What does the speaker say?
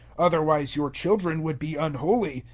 otherwise your children would be unholy,